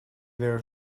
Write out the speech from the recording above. were